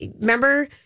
remember